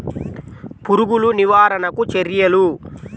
పురుగులు నివారణకు చర్యలు?